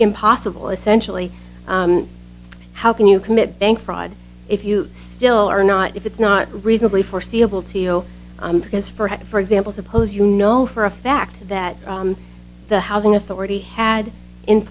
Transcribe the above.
impossible essentially how can you commit bank fraud if you still are not if it's not reasonably foreseeable t o because for had for example suppose you know for a fact that the housing authority had in